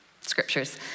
scriptures